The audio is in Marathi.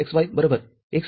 Fxy x x'